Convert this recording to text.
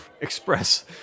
express